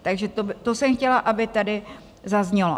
Takže to jsem chtěla, aby tady zaznělo.